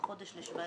חודש ל-2017.